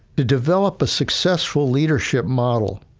to develop a successful leadership model,